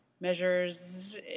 Measures